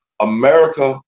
America